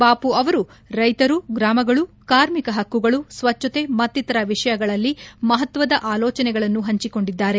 ಬಾಪು ಅವರು ರೈತರು ಗ್ರಾಮಗಳು ಕಾರ್ಮಿಕ ಹಕ್ಕುಗಳು ಸ್ವಚ್ಗತೆ ಮತ್ತಿತರ ವಿಷಯಗಳಲ್ಲಿ ಮಹತ್ವದ ಆಲೋಚನೆಗಳನ್ನು ಹಂಚಿಕೊಂಡಿದ್ದಾರೆ